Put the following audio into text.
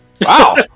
Wow